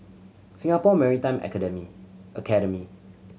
Singapore Maritime Academy Academy